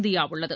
India உள்ளது